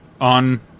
on